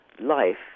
life